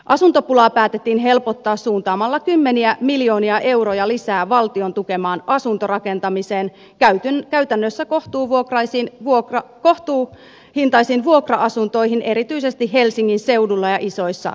asuntopulaa päätettiin helpottaa suuntaamalla kymmeniä miljoonia euroja lisää valtion tukemaan asuntorakentamiseen käytännössä kohtuuhintaisiin vuokra asuntoihin erityisesti helsingin seudulla ja isoissa kaupungeissa